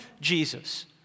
Jesus